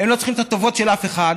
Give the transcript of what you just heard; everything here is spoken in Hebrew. הם לא צריכים את הטובות של אף אחד,